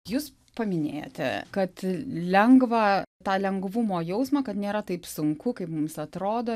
jūs paminėjote kad lengva tą lengvumo jausmą kad nėra taip sunku kaip mums atrodo